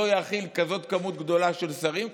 לא יכיל כזה מספר גדול של שרים,